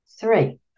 Three